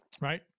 right